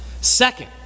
second